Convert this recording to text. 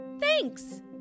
Thanks